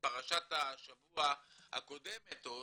בפרשת השבוע הקודמת עוד,